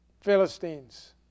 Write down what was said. Philistines